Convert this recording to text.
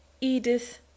Edith